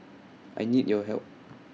I need your help